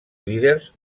líders